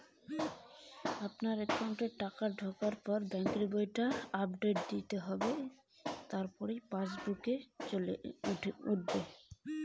আমার একাউন্টে টাকা ঢোকার পর সেটা পাসবইয়ে কি করে উঠবে?